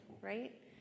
right